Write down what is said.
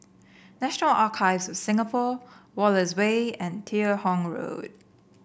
National Archives of Singapore Wallace Way and Teo Hong Road